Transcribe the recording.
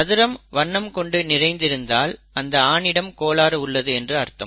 சதுரம் வண்ணம் கொண்டு நிறைந்து இருந்தால் அந்த ஆணிடம் கோளாறு உள்ளது என்று அர்த்தம்